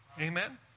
Amen